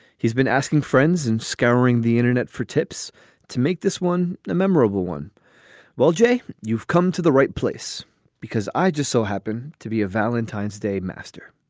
he's been asking friends and scouring the internet for tips to make this one a memorable one well, jay, you've come to the right place because i just so happen to be a valentine's day master